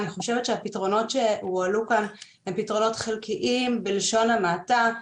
אני חושבת שהפתרונות שהועלו כאן הם פתרונות חלקיים בלשון המעטה.